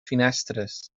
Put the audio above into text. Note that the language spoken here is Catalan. finestres